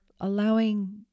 allowing